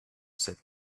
said